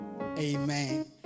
amen